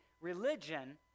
religion